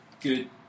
good